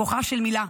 כוחה של מילה.